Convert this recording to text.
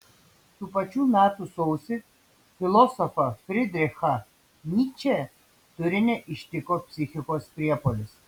tų pačių metų sausį filosofą frydrichą nyčę turine ištiko psichikos priepuolis